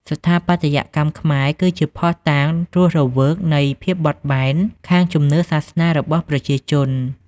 ស្ថាបត្យកម្ម ខ្មែរគឺជាភស្តុតាងរស់រវើកនៃ ភាពបត់បែន ខាងជំនឿសាសនារបស់ប្រជាជន។